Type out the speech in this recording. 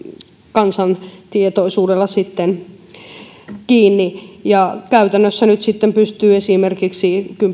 kansan tietoisuudella kiinni käytännössä nyt pystyy esimerkiksi